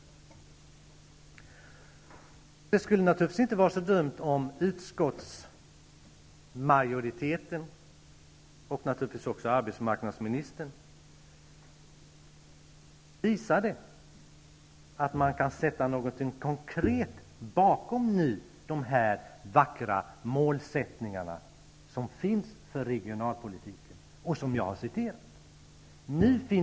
Självfallet skulle det inte vara så dumt om utskottsmajoriteten och arbetsmarknadsministern visade att det finns någonting konkret bakom de vackra målsättningarna beträffande regionalpolitiken, vilka jag här talat om.